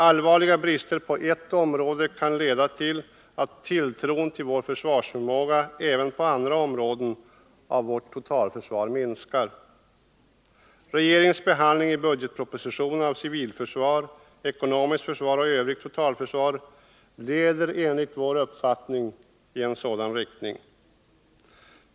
Allvarliga brister på ett område kan leda till att tilltron till vår försvarsförmåga även på andra områden av totalförsvaret minskar. Regeringens behandling i budgetpropositionen av civilförsvar, ekonomiskt försvar och övrigt totalförsvar leder enligt vår uppfattning i en sådan riktning.